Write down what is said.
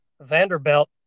Vanderbilt